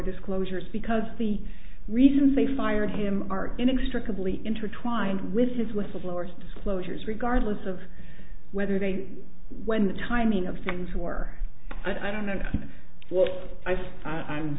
disclosures because the reasons they fired him are inextricably intertwined with his whistleblowers disclosures regardless of whether they when the timing of things were i don't